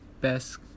best